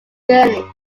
journey